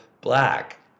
black